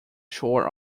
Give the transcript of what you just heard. shore